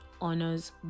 honors